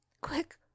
Quick